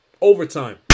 Overtime